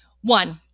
one